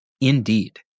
Indeed